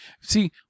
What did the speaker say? See